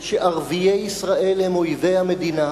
שערביי ישראל הם אויבי המדינה.